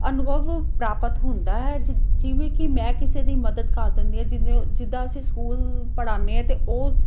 ਅਨੁਭਵ ਪ੍ਰਾਪਤ ਹੁੰਦਾ ਹੈ ਜਿ ਜਿਵੇਂ ਕਿ ਮੈਂ ਕਿਸੇ ਦੀ ਮਦਦ ਕਰ ਦਿੰਦੀ ਹਾਂ ਜਿਹਦੇ ਜਿੱਦਾਂ ਅਸੀਂ ਸਕੂਲ ਪੜ੍ਹਾਉਂਦੇ ਹਾਂ ਅਤੇ ਉਹ